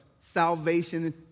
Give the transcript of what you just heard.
salvation